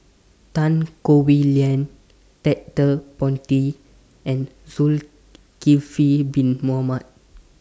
Tan Howe Liang Ted De Ponti and Zulkifli Bin Mohamed